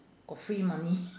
got free money